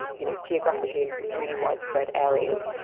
you know, geographically really widespread areas.